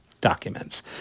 documents